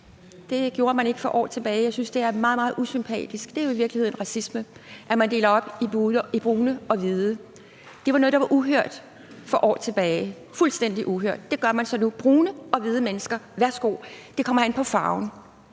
gjorde man ikke for år tilbage. Jeg synes, det er meget, meget usympatisk. Det er jo i virkeligheden racisme, at man deler mennesker op i brune og hvide. Det var noget, der var uhørt for år tilbage – fuldstændig uhørt. Det gør man så nu. Brune og hvide mennesker, værsgo! Det kommer an på farven